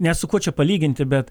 net su kuo čia palyginti bet